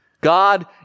God